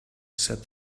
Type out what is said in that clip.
said